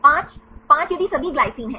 5 5 यदि सभी ग्लाइसिन हैं